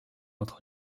entre